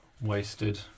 Wasted